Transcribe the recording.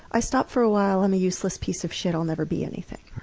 i stopped for a while, i'm a useless piece of shit, i'll never be anything.